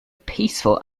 peaceful